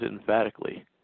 emphatically